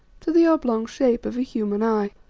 to the oblong shape of a human eye.